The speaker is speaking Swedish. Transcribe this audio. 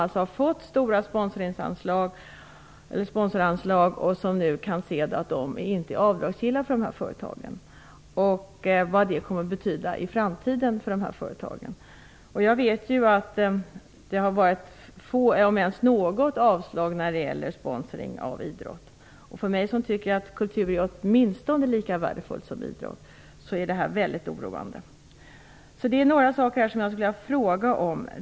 De har fått stora sponsoranslag, och nu visar det sig att anslagen inte är avdragsgilla för sponsringsföretagen. Man kan ju se vad det kommer att betyda för framtiden. Jag vet ju att det har varit få, om ens något avslag, när det gäller sponsring av idrott. För mig som tycker att kultur är åtminstone lika värdefullt som idrott är detta väldigt oroande. Det är några saker som jag skulle vilja fråga om.